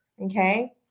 Okay